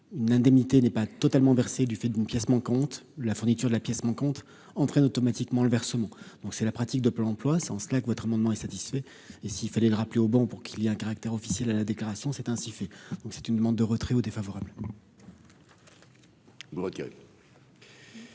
une indemnité n'est pas totalement versées du fait d'une pièce manquante, la fourniture de la pièce compte entraîne automatiquement le versement, donc c'est la pratique de Pôle emploi, c'est en cela que votre amendement est satisfait et s'il fallait le rappeler au banc pour qu'il y a un caractère officiel à la déclaration s'est ainsi fait donc c'est une demande de retrait ou défavorable.